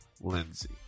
Lindsay